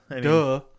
Duh